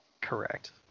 Correct